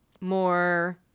more